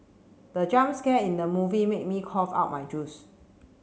the jump scare in the movie made me cough out my juice